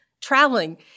traveling